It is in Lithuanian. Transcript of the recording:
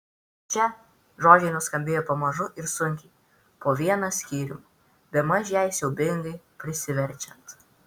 čia žodžiai nuskambėjo pamažu ir sunkiai po vieną skyrium bemaž jai siaubingai prisiverčiant